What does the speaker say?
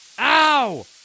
Ow